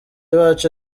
bacu